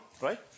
right